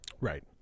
Right